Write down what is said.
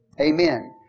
Amen